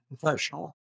professional